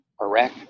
Iraq